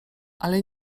ale